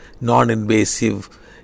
non-invasive